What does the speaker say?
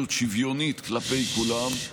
מדיניות שוויונית כלפי כולם.